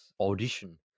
audition